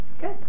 good